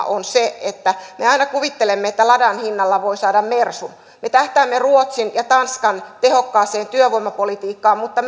on se että me aina kuvittelemme että ladan hinnalla voi saada mersun me tähtäämme ruotsin ja tanskan tehokkaaseen työvoimapolitiikkaan mutta